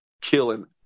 killing